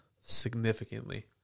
significantly